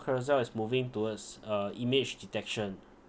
Carousell is moving towards uh image detection